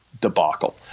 debacle